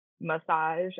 massage